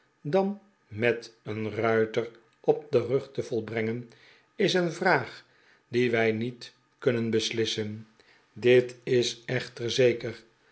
dan met een ruiter op den rug te volbxengen is een vraag die wij niet kunnen beslissen dit is echter zeker